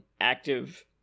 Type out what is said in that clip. active